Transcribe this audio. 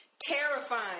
terrifying